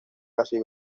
casi